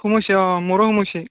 সোমাইছে অ' মোৰো সোমাইছে